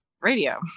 radio